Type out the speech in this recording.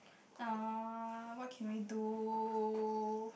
ah what can we do